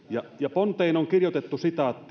ponteen on kirjoitettu